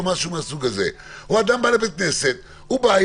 או אדם בא לבית כנסת הוא בא,